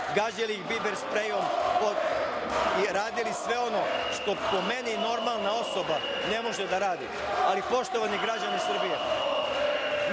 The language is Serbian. gađali ih biber sprejom i radili sve ono što, po meni, normalna osoba ne može da radi. Ali poštovani građani Srbije,